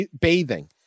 bathing